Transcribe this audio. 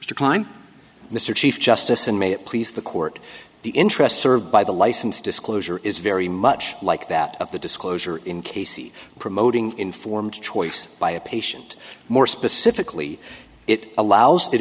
to climb mr chief justice and may it please the court the interest served by the license disclosure is very much like that of the disclosure in casey promoting informed choice by a patient more specifically it allows